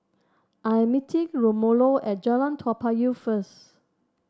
I am meeting Romello at Jalan Toa Payoh first